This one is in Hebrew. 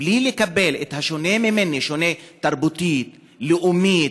בלי לקבל את השונה ממני, שונה תרבותית, לאומית,